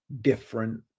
different